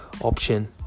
option